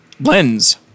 lens